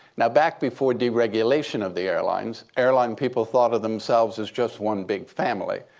now back before deregulation of the airlines, airline people thought of themselves as just one big family.